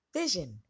vision